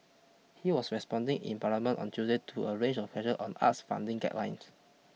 he was responding in parliament on Tuesday to a range of questions on arts funding guidelines